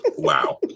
wow